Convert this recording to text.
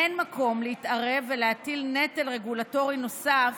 אין מקום להתערב ולהטיל נטל רגולטורי נוסף